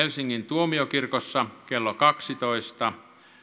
tuomiokirkossa kello kaksitoista